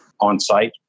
on-site